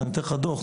אז אני נותן לך דוח.